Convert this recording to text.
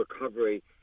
recovery